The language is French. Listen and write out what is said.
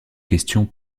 questions